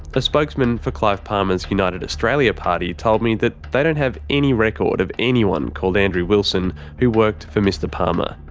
a spokesman for clive palmer's united australia party told me that they don't have any record of anyone called andrew wilson who worked for mr palmer.